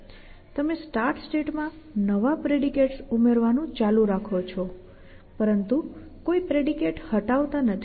તમે start state માં નવા પ્રેડિકેટ્સ ઉમેરવાનું ચાલુ રાખો છો પરંતુ કોઈ પ્રેડિકેટ હટાવતા નથી